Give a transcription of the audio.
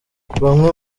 bamwe